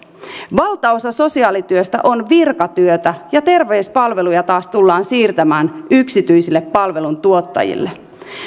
valtaosa sosiaalityöstä on virkatyötä ja terveyspalveluja taas tullaan siirtämään yksityisille palveluntuottajille